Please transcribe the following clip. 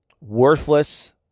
worthless